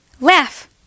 laugh